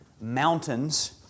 Mountains